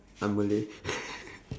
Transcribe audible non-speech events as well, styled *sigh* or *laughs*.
I'm malay *laughs*